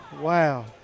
Wow